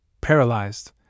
paralyzed